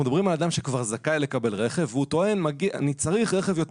אנחנו מדברים על אדם שכבר זכאי לקבל רכב והוא טוען שהוא צריך רכב יותר